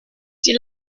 die